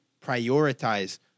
prioritize